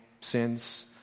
sins